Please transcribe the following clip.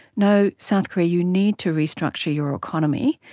no, south korea, you need to restructure your economy,